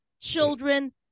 children